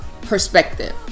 perspective